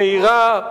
מהירה,